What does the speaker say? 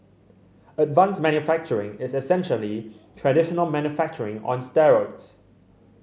advanced manufacturing is essentially traditional manufacturing on steroids